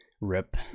rip